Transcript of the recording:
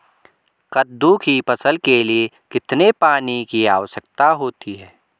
कद्दू की फसल के लिए कितने पानी की आवश्यकता होती है?